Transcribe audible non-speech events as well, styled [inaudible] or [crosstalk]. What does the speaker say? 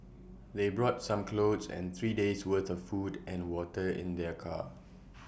they brought some clothes and three days' worth of food and water in their car [noise]